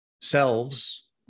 selves